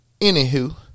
anywho